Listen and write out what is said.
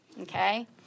okay